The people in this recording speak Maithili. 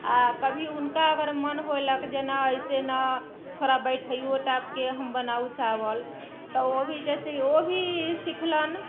आओर कभी उनका अगर मन होयलक जे नहि ऐसे नहि थोड़ा बैठायो टाके बनाउ चावल तऽ ओ भी जैसे ओ भी सीखलनि